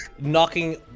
knocking